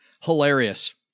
hilarious